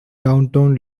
downtown